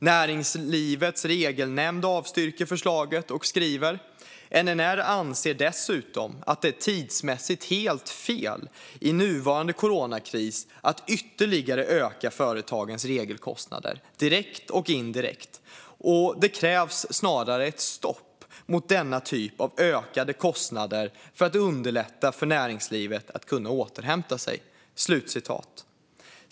Näringslivets Regelnämnd avstyrker förslaget och skriver att "NNR anser dessutom att det är tidsmässigt helt fel i nuvarande Coronakris att ytterligare öka företagens regelkostnader - direkt och indirekt - och det krävs snarare ett stopp mot denna typ av ökade kostnader för att underlätta för näringslivet att kunna återhämta sig".